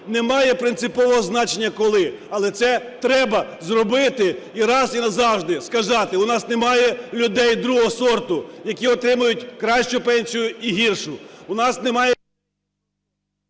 Немає принципового значення коли, але це треба зробити і раз, і назавжди сказати: у нас немає людей другого сорту, які отримують кращу пенсію і гіршу,